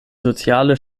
soziale